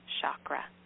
chakra